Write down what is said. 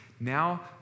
Now